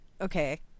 Okay